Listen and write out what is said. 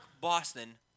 Boston